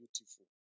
beautiful